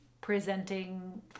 presenting